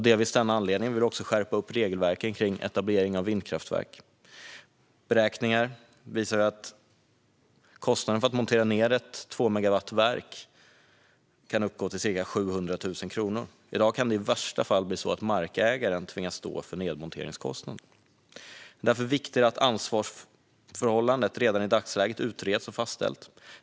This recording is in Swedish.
Delvis av denna anledning vill vi också skärpa regelverken när det gäller etablering av vindkraftverk. Beräkningar visar att kostnaden för att montera ned ett tvåmegawattsverk kan uppgå till ca 700 000 kronor. I dag kan det i värsta fall bli markägaren som tvingas stå för nedmonteringskostnaden. Det är därför viktigt att ansvarsförhållandet redan i dagsläget utreds och fastställs.